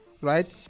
right